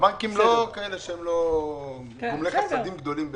הבנקים הם לא גומלי חסדים גדולים באמת.